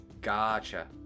Gotcha